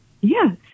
yes